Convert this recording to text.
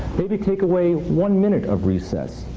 maybe take away one minute of recess,